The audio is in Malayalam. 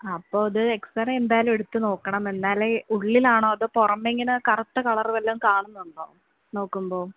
അപ്പോൾ അത് എക്സ്സറെ എന്തായാലും എടുത്തുനോക്കണം എന്നാലേ ഉള്ളിലാണോ അതോ പുറമേ ഇങ്ങനെ കറുത്ത കളറും കാണുന്നുണ്ടോ നോക്കുമ്പോൾ